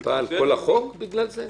בחובה.